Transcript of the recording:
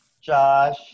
Josh